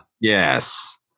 Yes